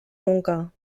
nunca